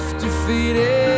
defeated